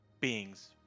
beings